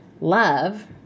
love